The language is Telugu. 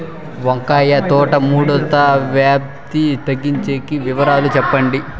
వంకాయ తోట ముడత వ్యాధి తగ్గించేకి వివరాలు చెప్పండి?